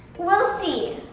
we'll see.